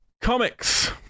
comics